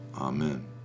Amen